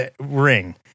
ring